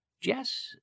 Jess